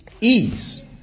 Ease